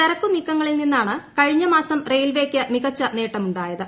ചരക്കു നീക്കങ്ങളിൽ നിന്നാണ് കഴിഞ്ഞ മാസം റെയിൽവേയ്ക്ക് മികച്ച നേട്ടമുായത്